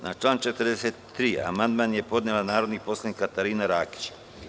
Na član 43. amandman je podnela narodni poslanik Katarina Rakić.